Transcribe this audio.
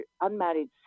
unmarried